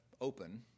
open